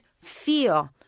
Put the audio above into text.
feel